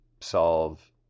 solve